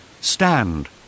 stand